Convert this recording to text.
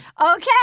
Okay